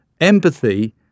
Empathy